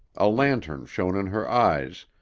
a lantern shone in her eyes,